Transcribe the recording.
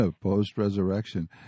Post-resurrection